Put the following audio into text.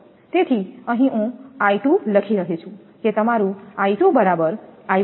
તેથી અહીં હું 𝑖2 લખી રહ્યો છું કે તમારું 𝑖2 બરાબર 𝑖1 ′ 𝑖1 છે